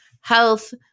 health